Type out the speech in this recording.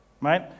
right